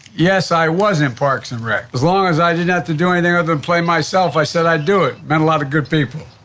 yes, i was in parks and rec. as long as i didn't have to do anything other than play myself, i said i'd do it. met a lot of good people.